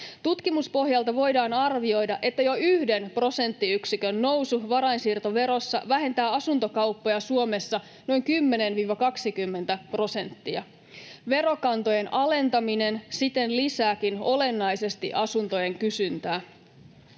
Tutkimuspohjalta voidaan arvioida, että jo yhden prosenttiyksikön nousu varainsiirtoverossa vähentää asuntokauppoja Suomessa noin 10—20 prosenttia. Verokantojen alentaminen siten lisääkin olennaisesti asuntojen kysyntää.